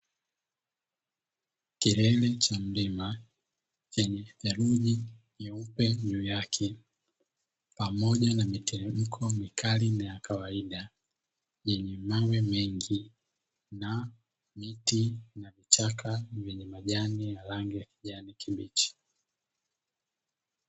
Kilele cha mlima chenye theruji nyeupe juu yake pamoja na miteremko mikali na ya kawaida, yenye mawe mengi na miti na vichaka vyenye majani ya rangi ya kijani kibichi.